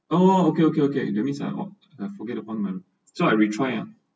oh okay okay okay that means I I forget to on my so I retry uh